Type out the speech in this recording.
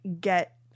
get